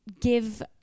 give